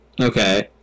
Okay